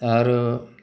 आरो